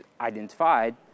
identified